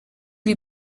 lui